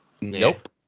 Nope